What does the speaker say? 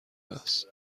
است